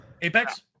apex